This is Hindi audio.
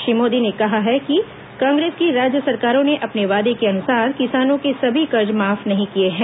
श्री मोदी ने कहा कि कांग्रेस की राज्य सरकारों ने अपने वार्द को अनुसार किसानों के सभी कर्ज माफ नहीं किए हैं